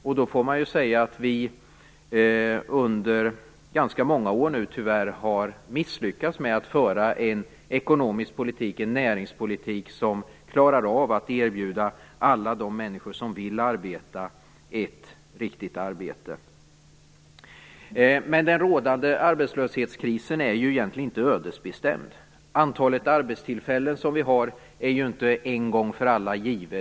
Man får säga att vi under ganska många år tyvärr har misslyckats med att föra en ekonomisk politik, en näringspolitik, som gör att vi klarar av att erbjuda alla de människor som vill arbeta ett riktigt arbete. Men den rådande arbetslöshetskrisen är egentligen inte ödesbestämd. Antalet arbetstillfällen som vi har är inte en gång för alla givet.